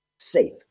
safe